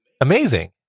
Amazing